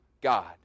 God